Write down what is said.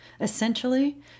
Essentially